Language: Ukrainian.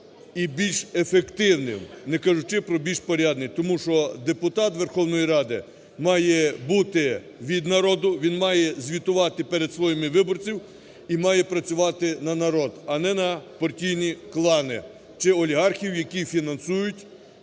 і більш ефективним, не кажучи про "більш порядним", тому що депутат Верховної Ради має бути від народу, він має звітувати перед своїми виборцями і має працювати на народ, а не на партійні клани чи олігархів, які фінансують